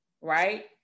right